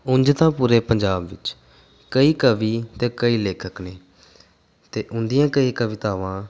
ਉਂਝ ਤਾਂ ਪੂਰੇ ਪੰਜਾਬ ਵਿੱਚ ਕਈ ਕਵੀ ਅਤੇ ਕਈ ਲੇਖਕ ਨੇ ਅਤੇ ਉਹਨਾਂ ਦੀਆਂ ਕਈ ਕਵਿਤਾਵਾਂ